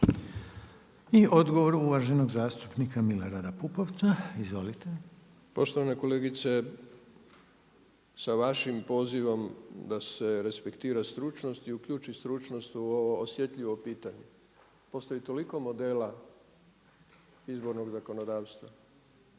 I odgovor uvaženog zastupnika Milorada Pupovca, izvolite. **Pupovac, Milorad (SDSS)** Poštovana kolegice sa vašim pozivom da se respektira stručnost i uključi stručnost u ovo osjetljivo pitanje. Postoji toliko modela izbornog zakonodavstva